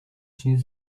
шинэ